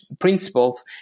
principles